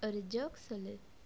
ஒரு ஜோக் சொல்லு